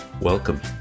Welcome